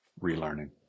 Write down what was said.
relearning